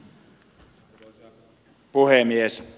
arvoisa puhemies